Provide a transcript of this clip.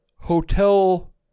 Hotel